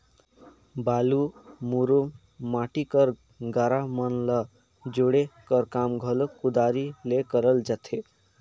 बालू, मुरूम, माटी कर गारा मन ल जोड़े कर काम घलो कुदारी ले करल जाथे